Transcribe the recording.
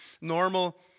normal